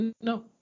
No